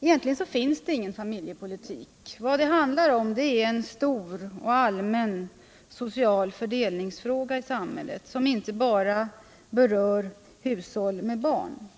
Egentligen finns det ingen familjepolitik. Vad det gäller är en stor och allmän social fördelningsfråga i samhället som inte bara berör hushåll med barn.